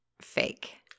fake